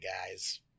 guys